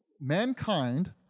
mankind